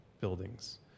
buildings